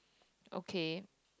okay